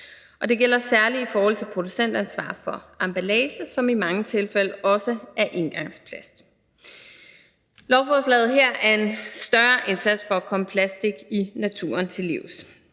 det gælder særlig i forhold til producentansvar for emballage, som i mange tilfælde også er engangsplastik. Kl. 17:04 Lovforslaget her er en større indsats for at komme plastik i naturen til livs.